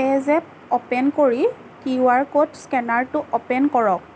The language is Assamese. পে'জেপ অ'পেন কৰি কিউ আৰ ক'ড স্কেনাৰটো অ'পেন কৰক